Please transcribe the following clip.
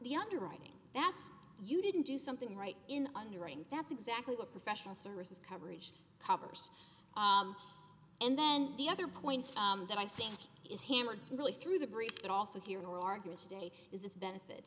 the underwriting that's you didn't do something right in underwriting that's exactly what professional services coverage covers and then the other point that i think is hammered really through the brief but also here in oregon today is this benefit